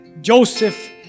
Joseph